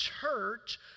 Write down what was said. church